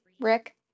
Rick